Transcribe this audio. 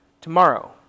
Tomorrow